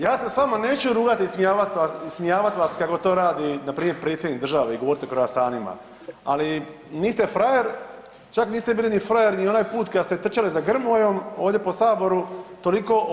Ja se s vama neću rugati i ismijavati vas kako to radi npr. predsjednik države i govoriti o kroasanima, ali niste frajer, čak niste bili ni frajer ni onaj put kad ste trčali za Grmojom ovdje po saboru, toliko o